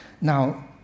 Now